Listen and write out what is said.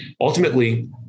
Ultimately